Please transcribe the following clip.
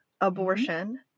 abortion